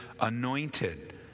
anointed